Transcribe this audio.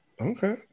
okay